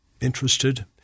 interested